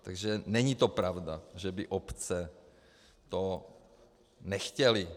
Takže není to pravda, že by to obce nechtěly.